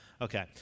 Okay